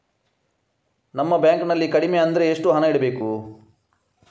ನಮ್ಮ ಬ್ಯಾಂಕ್ ನಲ್ಲಿ ಕಡಿಮೆ ಅಂದ್ರೆ ಎಷ್ಟು ಹಣ ಇಡಬೇಕು?